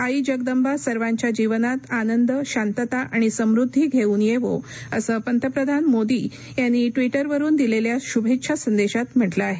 आई जगदंबा सर्वांच्या जीवनात आनंद शांतता आणि समृद्धी घेऊन येवो असं पंतप्रधान मोदी यांनी ट्विटरवरून दिलेल्या शुभेच्छा संदेशात म्हटलं आहे